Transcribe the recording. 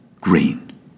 green